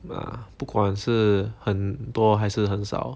不管是很多还是很少